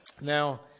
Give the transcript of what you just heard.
now